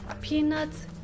peanuts